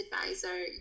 advisor